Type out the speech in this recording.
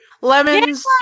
Lemons